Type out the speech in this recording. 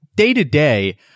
Day-to-day